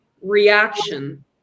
reaction